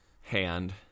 hand